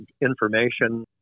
information